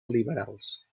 liberals